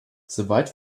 soweit